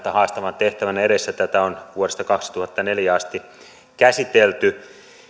haastavan tehtävän edessä tätä on vuodesta kaksituhattaneljä asti käsitelty